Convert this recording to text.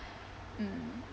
mm